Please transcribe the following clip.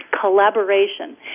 collaboration